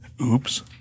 Oops